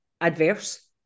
adverse